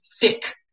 thick